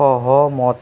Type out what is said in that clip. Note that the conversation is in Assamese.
সহমত